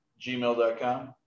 gmail.com